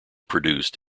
produced